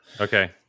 Okay